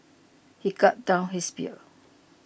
he gulped down his beer